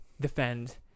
defend